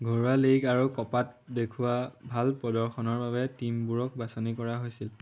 ঘৰুৱা লীগ আৰু কাপত দেখুওৱা ভাল প্ৰদৰ্শনৰ বাবে টীমবোৰক বাছনি কৰা হৈছিল